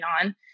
on